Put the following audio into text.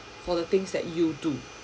for the things that you do